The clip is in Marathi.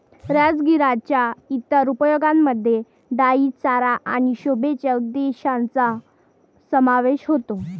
राजगिराच्या इतर उपयोगांमध्ये डाई चारा आणि शोभेच्या उद्देशांचा समावेश होतो